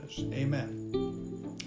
Amen